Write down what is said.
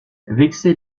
vexé